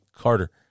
Carter